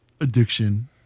addiction